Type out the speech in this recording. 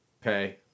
Pay